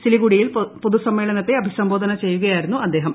സിലിഗുഡിയിൽ പൊതുസമ്മേളനത്തെ അഭിസംബോധ ചെയ്യുകയായിരുന്നു അദ്ദേഹം